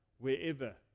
wherever